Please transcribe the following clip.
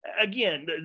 Again